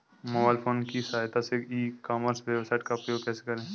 Mobile phone की सहायता से ई कॉमर्स वेबसाइट का उपयोग कैसे करें?